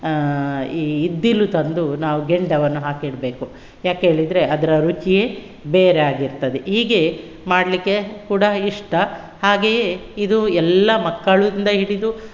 ಈ ಇದ್ದಿಲು ತಂದು ನಾವು ಕೆಂಡವನ್ನು ಹಾಕಿಡಬೇಕು ಯಾಕೆ ಹೇಳಿದ್ರೆ ಅದರ ರುಚಿಯೇ ಬೇರೆಯಾಗಿರ್ತದೆ ಹೀಗೆ ಮಾಡಲಿಕ್ಕೆ ಕೂಡ ಇಷ್ಟ ಹಾಗೆಯೇ ಇದು ಎಲ್ಲ ಮಕ್ಕಳಿಂದ ಹಿಡಿದು